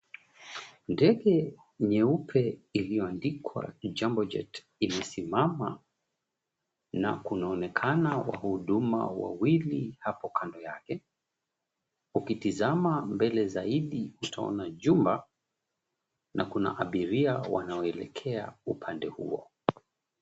Ndege nyeupe iliyoandikwa Jambo Jet, imesimama na kunaonekana wahudumu wawili hapo kando yake, ukitazama mbele zaidi utaona jumba na kuna abiria wanaoelekea upande huo.